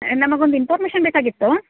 ನಮಗೊಂದು ಇನ್ಫರ್ಮೇಷನ್ ಬೇಕಾಗಿತ್ತು